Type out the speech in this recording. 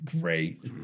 Great